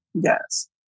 Yes